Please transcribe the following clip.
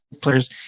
players